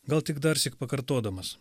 gal tik darsyk pakartodamas